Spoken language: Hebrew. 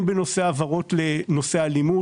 הן בנושא העברות לטיפול בנושא האלימות.